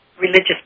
religious